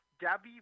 Dabby